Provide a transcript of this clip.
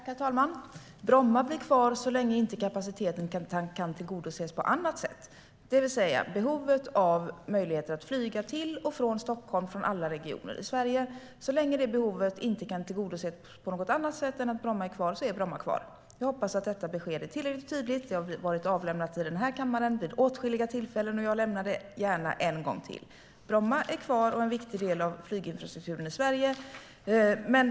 Herr talman! Bromma blir kvar så länge kapaciteten inte kan tillgodoses på annat sätt. Det vill säga att så länge behovet av att flyga mellan Stockholm och alla regioner i Sverige inte kan tillgodoses på något annat sätt än att Bromma är kvar är Bromma kvar. Jag hoppas att detta besked är tillräckligt tydligt. Det har lämnats i den här kammaren vid åtskilliga tillfällen, men jag lämnar det gärna en gång till. Bromma är kvar och en viktig del av flyginfrastrukturen i Sverige.